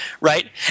right